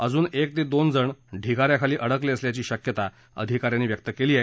अजून एक ते दोनजण ढिगा याखाली अडकले असल्याची शक्यता अधिका यांनी व्यक्त केली आहे